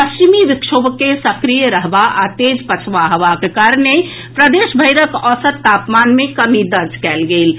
पश्चिमी विक्षोभ के सक्रिय रहबा आ तेज पछवा हवाक कारणे प्रदेशभरिक औसत तापमान मे कमी दर्ज कयल गेल अछि